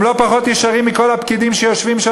הם לא פחות ישרים מכל הפקידים שיושבים שם